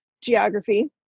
geography